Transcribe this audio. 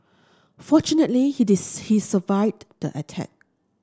fortunately he did he survived the attack